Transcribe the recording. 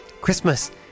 Christmas